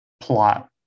plot